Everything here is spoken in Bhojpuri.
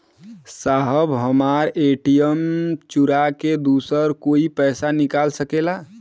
साहब हमार ए.टी.एम चूरा के दूसर कोई पैसा निकाल सकेला?